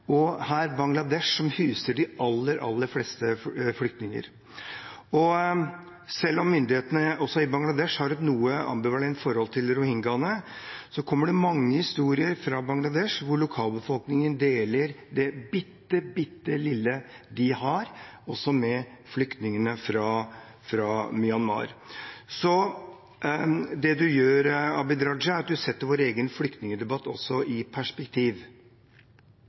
og Bangladesh som huser de aller fleste flyktningene. Selv om også myndighetene i Bangladesh har et noe ambivalent forhold til rohingyane, kommer det mange historier fra Bangladesh om at lokalbefolkningen deler det bitte lille de har, også med flyktningene fra Myanmar. Abid Q. Raja setter også vår egen flyktningdebatt i perspektiv, for det er